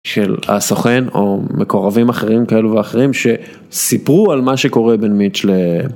של הסוכן או מקורבים אחרים כאלו ואחרים שסיפרו על מה שקורה בין מיץ' ל...